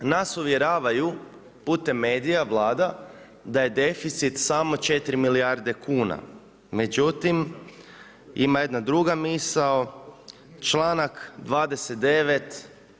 Nas uvjeravaju putem medija Vlada da je deficit samo 4 milijarde kuna, međutim ima jedna druga misao članak 29.